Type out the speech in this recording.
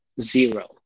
Zero